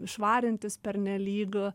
švarintis pernelyg